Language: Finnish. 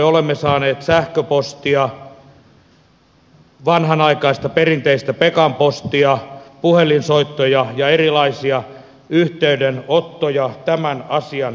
olemme saaneet sähköpostia vanhanaikaista perinteistä pekan postia puhelinsoittoja ja erilaisia yhteydenottoja tämän asian ympärillä